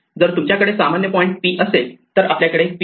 जर तुमच्याकडे सामान्य पॉईंट P असेल तर आपल्याकडे P